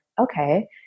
okay